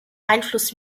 einfluss